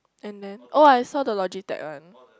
and then oh I saw the Logitech one